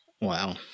Wow